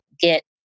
get